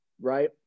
right